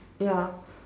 ya